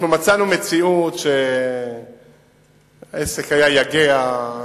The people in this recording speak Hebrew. אנחנו מצאנו מציאות שהעסק היה יגע,